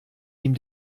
ihm